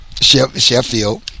Sheffield